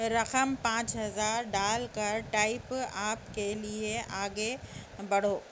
رقم پانچ ہزار ڈال کر ٹائپ آپ کے لیے آگے بڑھو